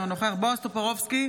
אינו נוכח בועז טופורובסקי,